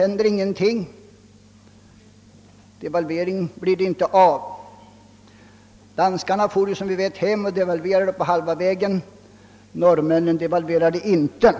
händer ingenting. Någon devalvering blir inte av. Danskarna for som vi vet hem och devalverade den danska kronan till hälften. Norrmännen devalverade inte.